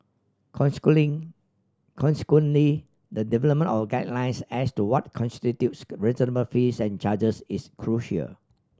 consequently consequently the development of guidelines as to what constitutes reasonable fees and charges is crucial